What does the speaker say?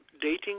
dating